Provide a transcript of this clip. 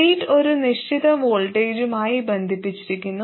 gate ഒരു നിശ്ചിത വോൾട്ടേജുമായി ബന്ധിപ്പിച്ചിരിക്കുന്നു